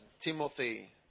Timothy